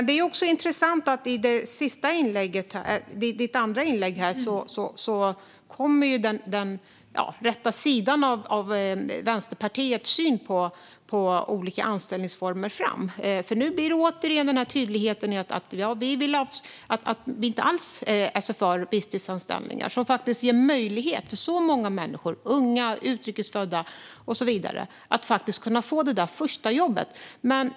Det är intressant att i det andra inlägget kom den rätta sidan av Vänsterpartiets syn på olika anställningsformer fram. Nu blir det återigen tydligt att ni inte alls är för visstidsanställningar, som faktiskt ger möjlighet för så många människor - unga, utrikesfödda och så vidare - att få det där första jobbet.